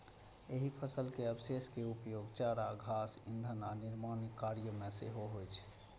एहि फसल के अवशेष के उपयोग चारा, घास, ईंधन आ निर्माण कार्य मे सेहो होइ छै